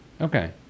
Okay